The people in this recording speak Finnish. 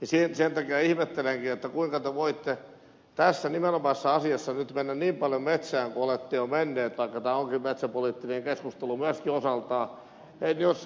sen takia ihmettelenkin kuinka te voitte tässä nimenomaisessa asiassa nyt mennä niin paljon metsään kuin olette jo mennyt vaikka tämä onkin metsäpoliittinen keskustelu myöskin osaltaan